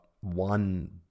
one